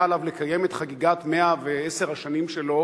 היה עליו לקיים את חגיגת 110 השנים שלו